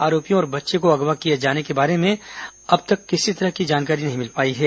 आरोपियों और बच्चे को अगवा किए जाने के बारे में अब तक किसी तरह की जानकारी नहीं मिल पाई है